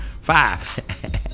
Five